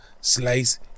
Slice